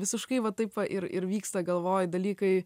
visiškai va taip va ir ir vyksta galvoj dalykai